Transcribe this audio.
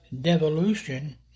devolution